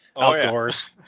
Outdoors